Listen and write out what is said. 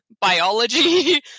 biology